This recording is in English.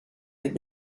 had